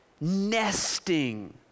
Nesting